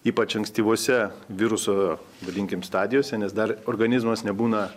ypač ankstyvose viruso vadinkim stadijose nes dar organizmas nebūna